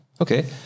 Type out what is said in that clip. Okay